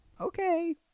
okay